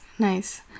Nice